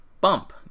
bump